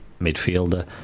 midfielder